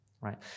right